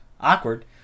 awkward